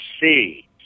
see